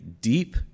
deep